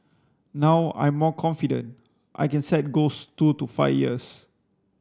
now I'm more confident I can set goals two to five years